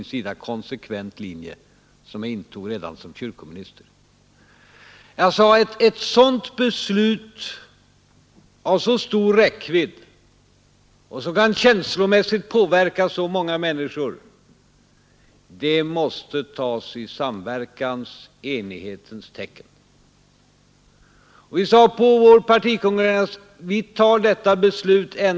Det finns inte.